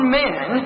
men